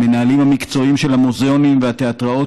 המנהלים המקצועיים של המוזיאונים והתיאטראות